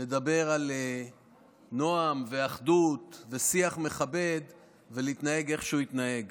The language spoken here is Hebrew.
לדבר על נועם ואחדות ושיח מכבד ולהתנהג איך שהוא התנהג.